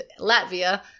Latvia